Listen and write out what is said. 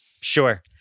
Sure